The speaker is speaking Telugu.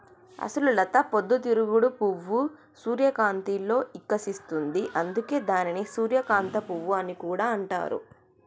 అసలు లత పొద్దు తిరుగుడు పువ్వు సూర్యకాంతిలో ఇకసిస్తుంది, అందుకే దానిని సూర్యకాంత పువ్వు అని కూడా అంటారు